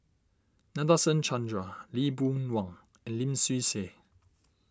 Nadasen Chandra Lee Boon Wang and Lim Swee Say